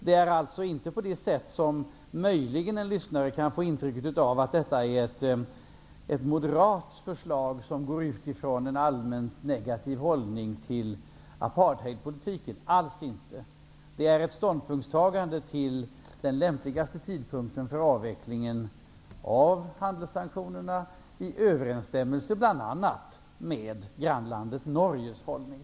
Det är alltså inte, som en lyssnare möjligen kan få intryck av, fråga om ett moderat förslag som går ut från en allmänt negativ hållning till apartheidpolitiken. Alls inte -- det är ett ståndpunktstagande till den lämpligaste tidpunkten för avvecklingen av handelssanktionerna, bl.a. i överensstämmelse med grannlandet Norges hållning.